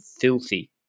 filthy